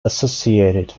associated